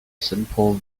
simple